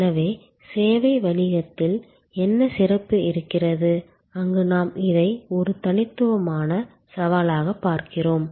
எனவே சேவை வணிகத்தில் என்ன சிறப்பு இருக்கிறது அங்கு நாம் இதை ஒரு தனித்துவமான சவாலாக பார்க்கிறோம்